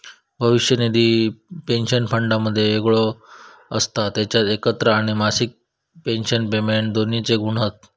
भविष्य निधी पेंशन फंडापेक्षा वेगळो असता जेच्यात एकत्र आणि मासिक पेंशन पेमेंट दोन्हिंचे गुण हत